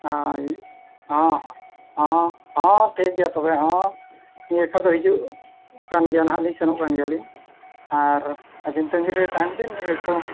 ᱟᱨ ᱦᱮᱸ ᱦᱮᱸ ᱦᱮᱸ ᱴᱷᱤᱠ ᱜᱮᱭᱟ ᱛᱚᱵᱮ ᱦᱮᱸ ᱱᱤᱛᱚᱜ ᱫᱚ ᱦᱤᱡᱩᱜ ᱠᱟᱱ ᱜᱮᱭᱟ ᱱᱟᱦᱟᱜ ᱥᱮᱱᱚᱜ ᱠᱟᱱ ᱜᱮᱭᱟᱞᱤᱧ ᱟᱨ ᱟᱹᱵᱤᱱ ᱛᱟᱺᱜᱤᱨᱮ ᱛᱟᱦᱮᱱ ᱵᱤᱱ ᱤᱭᱟᱹᱠᱚ